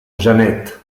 janet